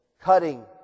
Cutting